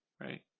Right